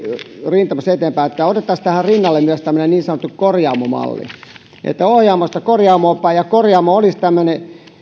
rintamassa eteenpäin että otettaisiin tähän rinnalle myös tämmöinen niin sanottu korjaamo malli että ohjaamosta korjaamoon päin korjaamo olisi tämmöinen